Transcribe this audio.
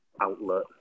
outlet